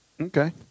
Okay